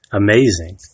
amazing